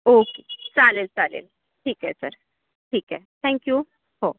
okay चालेल चालेल ठीक आहे सर ठीक आहे थँक यू हो